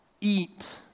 eat